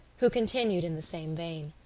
who continued in the same vein